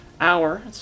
hour